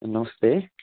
ए नमस्ते